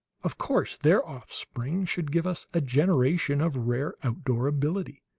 of course their offspring should give us a generation of rare outdoor ability.